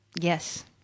Yes